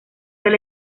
del